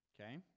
okay